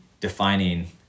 defining